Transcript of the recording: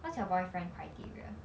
what's your boyfriend criteria